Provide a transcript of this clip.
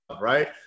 right